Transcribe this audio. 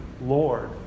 Lord